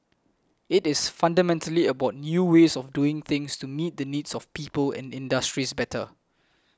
it is fundamentally about new ways of doing things to meet the needs of people and industries better